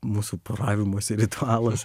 mūsų poravimosi ritualas